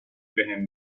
بهم